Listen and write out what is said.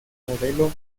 modelo